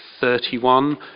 31